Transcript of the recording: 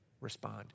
respond